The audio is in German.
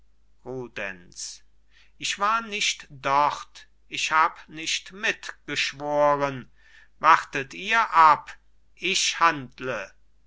ich war nicht dort ich hab nicht mit geschworen wartet ihr ab ich handle